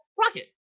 rocket